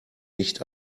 nicht